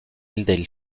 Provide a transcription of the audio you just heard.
del